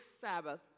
Sabbath